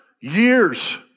years